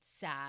sad